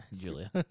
Julia